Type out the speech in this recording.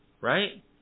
right